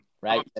Right